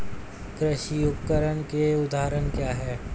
कृषि उपकरण के उदाहरण क्या हैं?